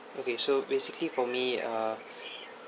okay so basically for me uh